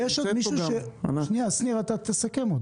שנייה שניר, אתה תסכם.